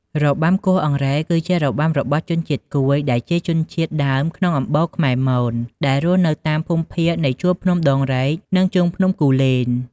របាំគោះអង្រែ គឺជារបាំរបស់ជនជាតិគួយ ដែលជាជនជាតិដើមក្នុងអំបូរខ្មែរមន ដែលរស់នៅតាមភូមិភាគនៃជួរភ្នំដងរែកនិងជើងភ្នំគូលែន។